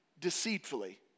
deceitfully